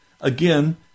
again